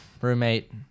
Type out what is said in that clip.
roommate